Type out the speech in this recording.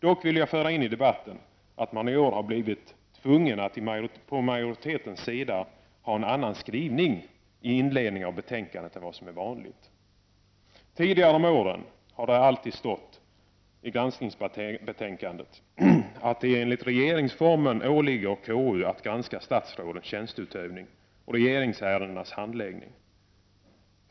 Dock vill jag föra in i debatten att majoriteten i år har blivit tvungen att föra in en annan skrivning i sin inledning av betänkandet än vad som är vanligt. Tidigare om åren har det alltid stått i granskningsbetänkandet, att det enligt regeringsformen åligger KU att granska statsrådens tjänsteutövning och regeringsärendenas handläggning.